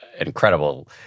incredible